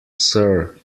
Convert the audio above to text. sir